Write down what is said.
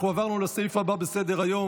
אנחנו עברנו לסעיף הבא בסדר-היום.